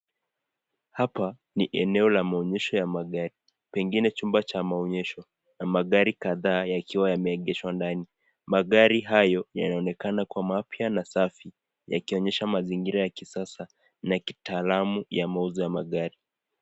Hapa ni eneo la maonyesho la magari pengine chumba cha maonyesho, na magari kadhaa yakiwa yameegeshwa ndani, magari hayo yanaonekana kuwa mapya na safi, yakionyesha mazingira ya kisasa kitaalamu ya mauzo ya magari.